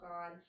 on